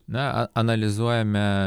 na analizuojame